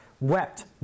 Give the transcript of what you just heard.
wept